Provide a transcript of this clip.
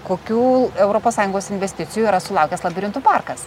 kokių europos sąjungos investicijų yra sulaukęs labirintų parkas